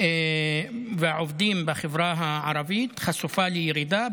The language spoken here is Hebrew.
והעובדים בחברה הערבית חשופה לירידה,